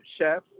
Chef